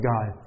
God